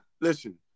Listen